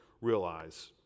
realize